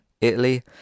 Italy